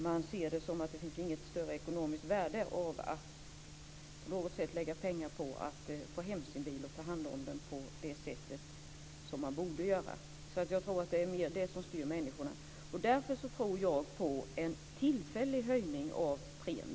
Man ser sedan inte att det finns något större ekonomiskt värde i att lägga pengar på att få hem sin bil och ta hand om den på det sätt som man borde göra. Jag tror att det mer är detta som styr människorna. Därför tror jag på en tillfällig höjning av premien.